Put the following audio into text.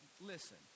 listen